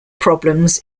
problems